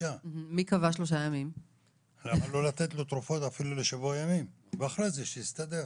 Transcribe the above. לתת לו תרופות אפילו לשבוע ימים, ואחרי זה שיסתדר.